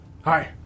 Hi